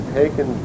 taken